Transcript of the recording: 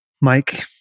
Mike